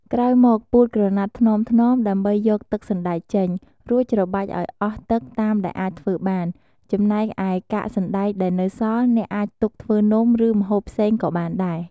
ក្រោយមក ពូតក្រណាត់ថ្នមៗដើម្បីយកទឹកសណ្តែកចេញ រួចច្របាច់ឱ្យអស់ទឹកតាមដែលអាចធ្វើបាន ចំណែកឯកាកសណ្តែកដែលនៅសល់ អ្នកអាចទុកធ្វើនំ ឬម្ហូបផ្សេងក៏បានដែរ។